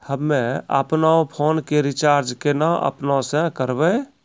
हम्मे आपनौ फोन के रीचार्ज केना आपनौ से करवै?